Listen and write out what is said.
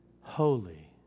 holy